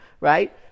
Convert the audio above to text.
right